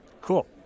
Cool